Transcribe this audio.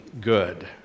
good